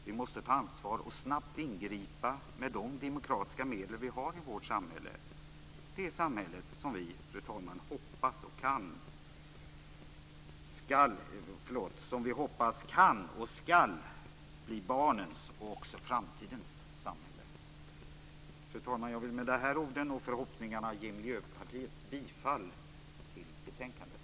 Vi måste ta ansvar och snabbt ingripa med de demokratiska medel vi har i vårt samhälle - det samhälle, fru talman, som vi hoppas kan och skall bli barnens och framtidens samhälle. Fru talman! Jag vill med de här orden och förhoppningarna ge Miljöpartiets bifall till hemställan i betänkandet.